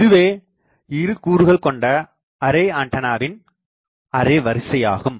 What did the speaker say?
இதுவே இரு கூறுகள் கொண்ட ஆரே ஆண்டனாவின் அரே வரிசை ஆகும்